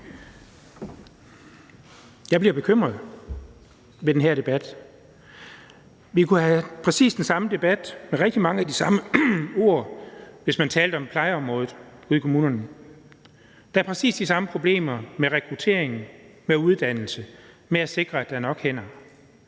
Jeg bliver bekymret af den her debat. Vi kunne have præcis den samme debat og bruge rigtig mange af de samme ord, hvis vi talte om plejeområdet ude i kommunerne. Der er præcis de samme problemer med rekruttering, med uddannelse og med at sikre, at der er nok hænder.